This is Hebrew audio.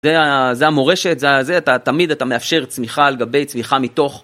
זה המורשת, זה אתה תמיד אתה מאפשר צמיחה על גבי צמיחה מתוך.